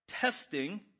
testing